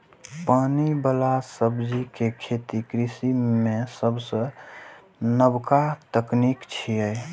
पानि बला सब्जी के खेती कृषि मे सबसं नबका तकनीक छियै